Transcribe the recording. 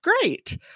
great